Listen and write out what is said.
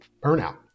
burnout